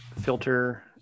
filter